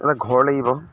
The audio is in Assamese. এটা ঘৰ লাগিব